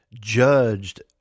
judged